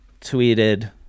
tweeted